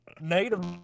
Native